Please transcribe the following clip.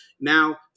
Now